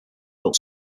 built